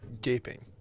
gaping